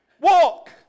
Walk